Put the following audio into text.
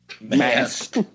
Mask